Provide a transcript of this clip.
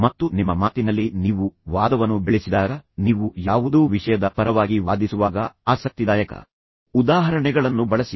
ಮತ್ತು ನಿಮ್ಮ ಮಾತಿನಲ್ಲಿ ನೀವು ವಾದವನ್ನು ಬೆಳೆಸಿದಾಗ ನೀವು ಯಾವುದೋ ವಿಷಯದ ಪರವಾಗಿ ವಾದಿಸುವಾಗ ಆಸಕ್ತಿದಾಯಕ ಉದಾಹರಣೆಗಳನ್ನು ಬಳಸಿ